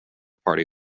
party